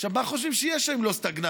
עכשיו, מה חושבים שיהיה שם אם לא סטגנציה?